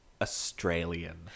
Australian